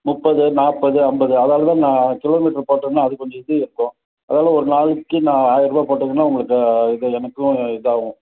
முப்பது நாற்பது ஐம்பது அதனால் தான் நான் கிலோ மீட்ரு போட்டோன்னே அதுக்கு கொஞ்சம் இது இருக்கும் அதனால் ஒரு நாளைக்கு நான் ஆயிரம் ரூபா போட்டிங்கன்னால் உங்களுக்கு இது எனக்கும் இதாகும்